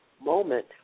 moment